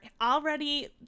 already